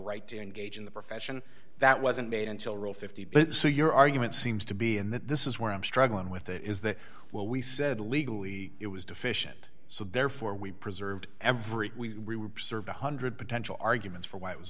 right to engage in the profession that wasn't made until rule fifty but so your argument seems to be in that this is where i'm struggling with it is that well we said legally it was deficient so therefore we preserved every we serve one hundred dollars potential arguments for why it was